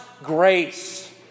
grace